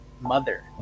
mother